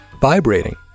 vibrating